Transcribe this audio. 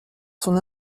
son